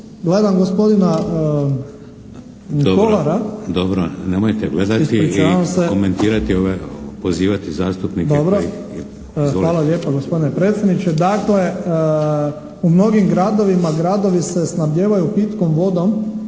hvala lijepa, gospodine predsjedniče. Dakle, u mnogim gradovima gradovi se snabdijevaju pitkom vodom